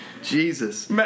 Jesus